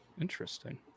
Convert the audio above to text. interesting